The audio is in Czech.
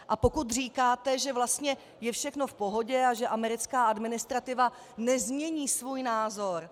A pokud říkáte, že vlastně je všechno v pohodě a že americká administrativa nezmění svůj názor...